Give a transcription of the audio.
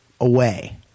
away